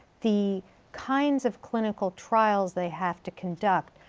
the kinds of clinical trials they have to conduct,